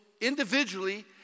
individually